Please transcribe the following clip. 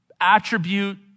attribute